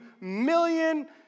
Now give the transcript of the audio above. million